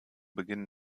beginn